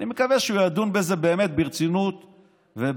אני מקווה שהוא ידון בזה באמת ברצינות וביושר,